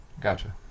Gotcha